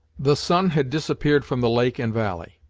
the sun had disappeared from the lake and valley,